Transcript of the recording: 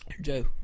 Joe